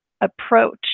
approach